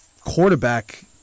quarterback